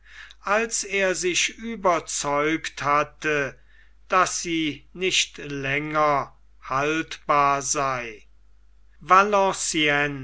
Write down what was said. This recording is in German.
als er sich überzeugt hatte daß sie nicht länger haltbar sei